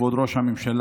כבוד ראש הממשלה,